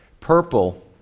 Purple